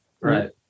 Right